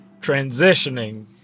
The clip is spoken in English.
transitioning